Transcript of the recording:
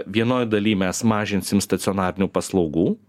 vienoj daly mes mažinsim stacionarinių paslaugų